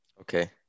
Okay